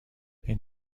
این